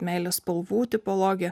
meilės spalvų tipologiją